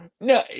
No